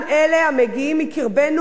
במקביל,